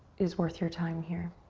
is worth your time here.